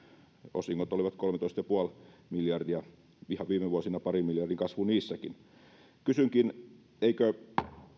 osingot olivat kolmetoista pilkku viisi miljardia ihan viime vuosina parin miljardin kasvu niissäkin kysynkin eikö